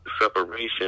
separation